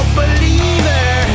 believer